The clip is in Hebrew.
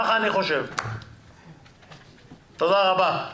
תודה רבה.